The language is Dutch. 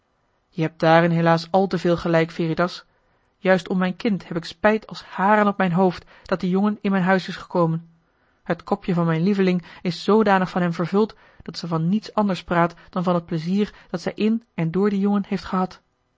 je hebt daarin helaas al te veel gelijk veritas juist om mijn kind heb ik spijt als haren op mijn hoofd dat die jongen in mijn huis is gekomen het kopje van mijn lieveling is zoodanig van hem vervuld dat ze van niets anders praat dan van het plezier dat zij in en door dien jongen heeft gehad